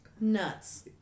Nuts